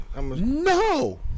No